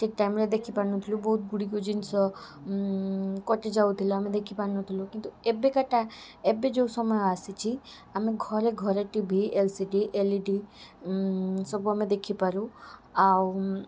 ଠିକ ଟାଇମ୍ରେ ଦେଖିପାରୁନଥିଲୁ ବହୁତ ଗୁଡ଼ିକ ଜିନିଷ କଟିଯାଉଥିଲା ଆମେ ଦେଖିପାରୁନଥିଲୁ କିନ୍ତୁ ଏବେକାର ଏବେ ଯେଉଁ ସମୟ ଆସିଛି ଆମ ଘରେ ଘରେ T V L C D L E D ସବୁ ଆମେ ଦେଖିପାରୁ ଆଉ